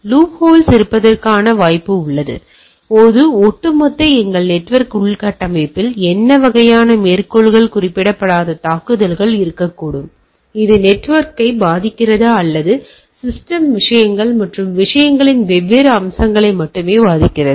loopholes இருப்பதற்கான வாய்ப்பு உள்ளது அல்லது ஒட்டுமொத்த எங்கள் நெட்வொர்க் உள்கட்டமைப்பில் என்ன வகையான மேற்கோள் குறிப்பிடப்படாத தாக்குதல்கள் இருக்கக்கூடும் இது நெட்வொர்க்கை பாதிக்கிறதா அல்லது சிஸ்டம் விஷயங்கள் மற்றும் விஷயங்களின் வெவ்வேறு அம்சங்களை மட்டுமே பாதிக்கிறது